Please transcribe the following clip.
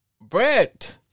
Brett